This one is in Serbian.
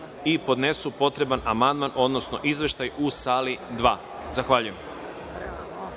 i podnesu potreban amandman, odnosno izveštaj u sali 2.Zahvaljujem.(Posle